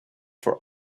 for